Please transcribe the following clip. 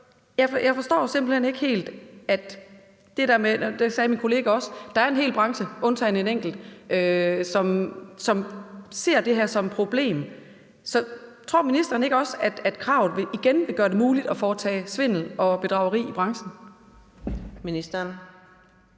og det sagde min kollega også, at der er en hel branche, undtagen en enkelt, som ser det her som et problem. Tror ministeren ikke også, at kravet igen vil gøre det muligt at foretage svindel og bedrageri i branchen? Kl.